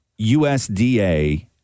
USDA